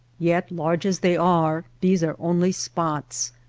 yet large as they are, these are only spots.